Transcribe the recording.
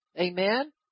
amen